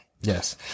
Yes